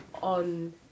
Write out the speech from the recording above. on